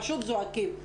פשוט זועקים.